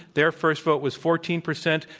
their first vote was fourteen percent.